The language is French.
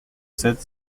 sept